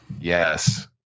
Yes